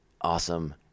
awesome